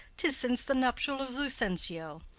tis since the nuptial of lucentio,